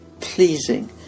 pleasing